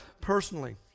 personally